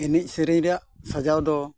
ᱮᱱᱮᱡ ᱥᱮᱨᱮᱧ ᱨᱮᱭᱟᱜ ᱥᱟᱡᱟᱣ ᱫᱚ